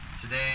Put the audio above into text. today